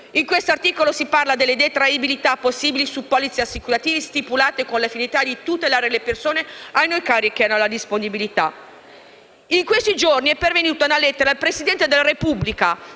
In questo articolo si parla delle detraibilità possibili su polizze assicurative stipulate con la finalità di tutelare le persone a noi care che hanno disabilità. In questi giorni è pervenuta una lettera al Presidente della Repubblica